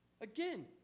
Again